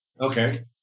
Okay